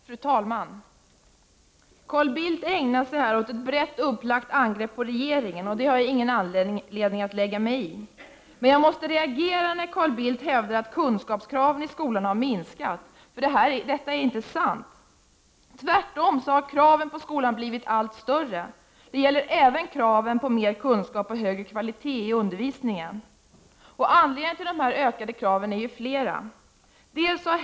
Fru talman! Carl Bildt ägnar sig här åt ett brett upplagt angrepp på regeringen, och det har jag ingen anledning att lägga mig i. Men jag måste reagera när Carl Bildt hävdar att kraven på kunskap i skolan har blivit lägre. Detta är inte sant. Tvärtom har kraven på skolan blivit allt högre. Detta gäller även kraven på mer kunskap och högre kvalitet i undervisningen. Skälen till att kraven har blivit högre är flera.